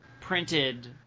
printed